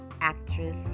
actress